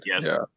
Yes